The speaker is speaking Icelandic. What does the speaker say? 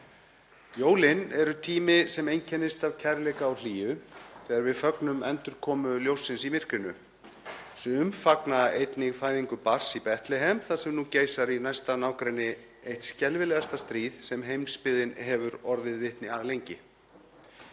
Jólin eru tími sem einkennist af kærleika og hlýju þegar við fögnum endurkomu ljóssins í myrkrinu. Sum fagna einnig fæðingu barns í Betlehem þar sem nú geisar í næsta nágrenni eitt skelfilegasta stríð sem heimsbyggðin hefur orðið vitni að lengi.